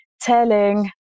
telling